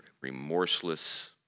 remorseless